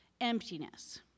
emptiness